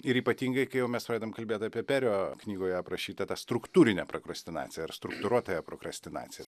ir ypatingai kai jau mes pradedam kalbėt apie perio knygoj aprašytą tą struktūrinę prokrastinaciją ar struktūruotąją prokrastinaciją